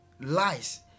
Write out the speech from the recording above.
lies